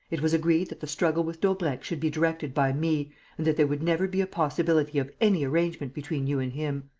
it was agreed that the struggle with daubrecq should be directed by me and that there would never be a possibility of any arrangement between you and him.